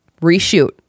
reshoot